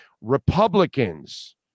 Republicans